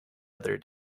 other